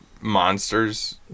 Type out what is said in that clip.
Monsters